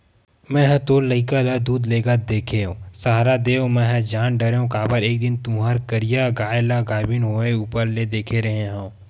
मेंहा तोर लइका ल दूद लेगत देखेव सहाड़ा देव मेंहा जान डरेव काबर एक दिन तुँहर करिया गाय ल गाभिन होय ऊपर म देखे रेहे हँव